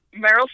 Meryl